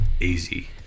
easy